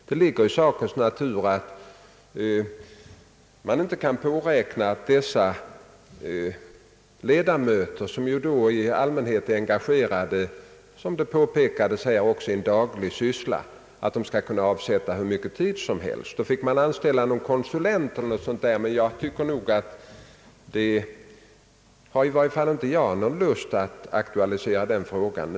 Det ligger i sakens natur att man inte kan påräkna att dessa ledamöter, vilka — som herr Kristiansson själv påpekade — i allmänhet är engagerade också i en daglig syssla, skall kunna avsätta hur mycken tid som helst. I så fall finge man t.ex. anställa en konsulent, men denna fråga har i varje fall inte jag någon lust att aktualisera nu.